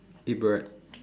eat bread